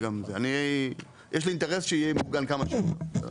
יש לי אינטרס שיהיה מעוגן כמה שיותר.